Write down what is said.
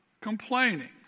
complaining